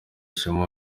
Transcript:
ishema